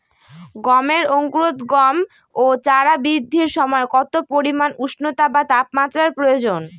গমের অঙ্কুরোদগম ও চারা বৃদ্ধির সময় কত পরিমান উষ্ণতা বা তাপমাত্রা প্রয়োজন?